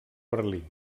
berlín